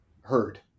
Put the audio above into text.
heard